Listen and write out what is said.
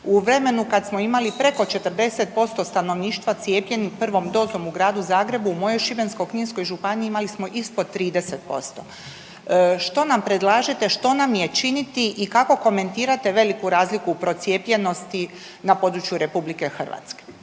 U vremenu kada smo imali preko 40% stanovništva cijepljenih prvom dozom u Gradu Zagrebu u mojoj Šibensko-kninskoj županiji imali smo ispod 30%. Što nam predlažete što nam je činiti i kako komentirate veliku razliku u procijepljenosti na području Republike Hrvatske?